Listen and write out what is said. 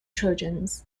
trojans